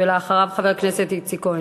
ואחריו, חבר הכנסת איציק כהן.